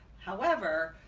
however